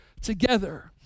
together